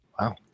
Wow